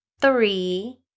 three